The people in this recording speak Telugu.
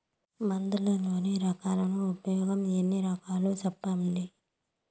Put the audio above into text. మందులలోని రకాలను ఉపయోగం ఎన్ని రకాలు? సెప్పండి?